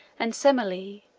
and semele.